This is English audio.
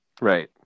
right